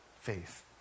faith